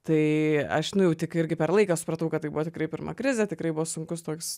tai aš nu jau tik irgi per laiką supratau kad tai buvo tikrai pirma krizė tikrai buvo sunkus toks